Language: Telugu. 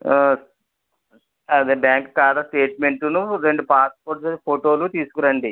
అదే బ్యాంకు ఆధార్ స్టేట్మెంటూను రెండు పాస్పోర్ట్ సైజు ఫోటోలు తీసుకురండి